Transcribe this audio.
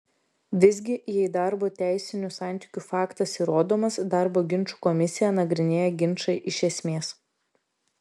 visgi jei darbo teisinių santykių faktas įrodomas darbo ginčų komisija nagrinėja ginčą iš esmės